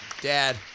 dad